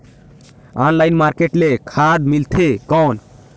Online market ले खाद मिलथे कौन?